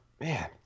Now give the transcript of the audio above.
man